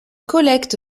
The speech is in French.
collecte